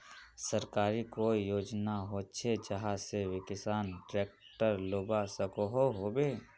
सरकारी कोई योजना होचे जहा से किसान ट्रैक्टर लुबा सकोहो होबे?